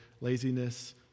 laziness